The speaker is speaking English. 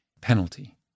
penalty